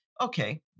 okay